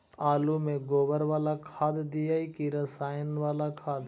आलु में गोबर बाला खाद दियै कि रसायन बाला खाद?